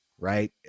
right